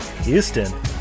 Houston